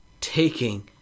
taking